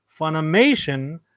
Funimation